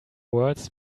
words